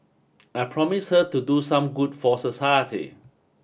I promised her to do some good for society